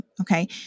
Okay